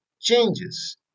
changes